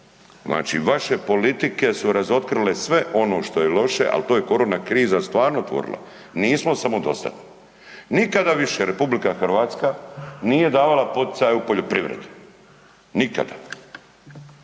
Znači vaše politike su razotkrile sve ono što je loše, ali to je korona kriza stvarno otvorila. Nismo samodostatni. Nikada više RH nije davala poticaja u poljoprivredi, nikada,